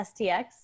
stx